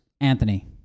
Anthony